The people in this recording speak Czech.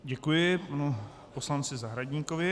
Děkuji panu poslanci Zahradníkovi.